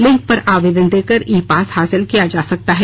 link पर आवेदन देकर ई पास हासिल किया जा सकता है